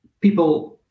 People